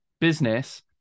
business